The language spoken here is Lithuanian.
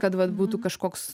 kad vat būtų kažkoks